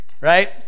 Right